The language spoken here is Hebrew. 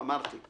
אמרתי: